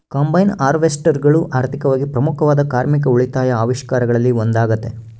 combine ಹಾರ್ವೆಸ್ಟರ್ಗಳು ಆರ್ಥಿಕವಾಗಿ ಪ್ರಮುಖವಾದ ಕಾರ್ಮಿಕ ಉಳಿತಾಯ ಆವಿಷ್ಕಾರಗಳಲ್ಲಿ ಒಂದಾಗತೆ